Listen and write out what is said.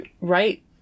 right